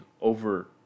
over